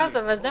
רז, זה מובן.